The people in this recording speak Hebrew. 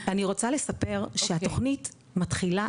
אני רוצה לספר שהתוכנית מתחילה,